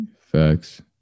Facts